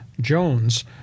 Jones